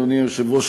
אדוני היושב-ראש,